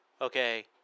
Okay